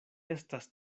estas